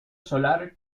solar